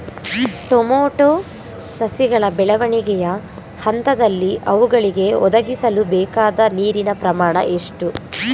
Tomato ಸಸಿಗಳ ಬೆಳವಣಿಗೆಯ ಹಂತದಲ್ಲಿ ಅವುಗಳಿಗೆ ಒದಗಿಸಲುಬೇಕಾದ ನೀರಿನ ಪ್ರಮಾಣ ಎಷ್ಟು?